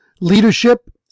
leadership